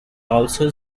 also